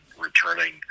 returning